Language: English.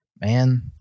Man